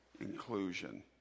Inclusion